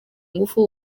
ngufu